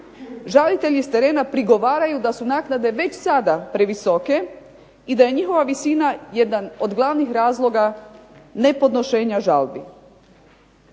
Žalitelji sa terena prigovaraju da su naknade već sada previsoke i da je njihova visina jedan od glavnih razloga nepodnošenja žalbi.